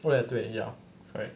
说的对 ya correct